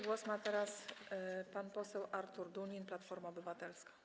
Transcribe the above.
Głos ma teraz pan poseł Artur Dunin, Platforma Obywatelska.